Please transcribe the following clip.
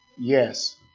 Yes